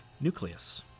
nucleus